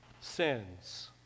sins